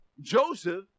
Joseph